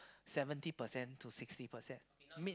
seventy percent to sixty percent mid